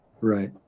right